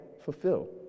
fulfill